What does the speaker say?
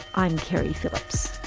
i'm keri phillips